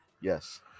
Yes